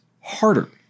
harder